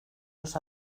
los